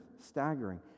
staggering